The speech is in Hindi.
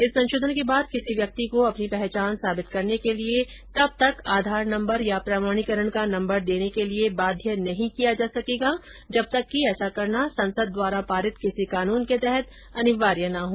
इस संशोधन के बाद किसी व्यक्ति को अपनी पहचान साबित करने के लिए तब तक आधार नम्बर या प्रमाणीकरण का नम्बर देने के लिए बाध्य नहीं किया जा सकेगा जब तक कि ऐसा करना संसद द्वारा पारित किसी कानून के तहत अनिवार्य न हो